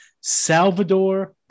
Salvador